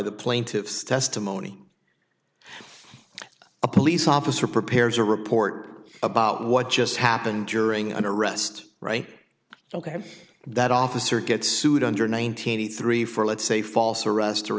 the plaintiff's testimony a police officer prepares a report about what just happened during an arrest right ok that officer gets sued under ninety three for let's say false arrest or